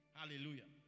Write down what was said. hallelujah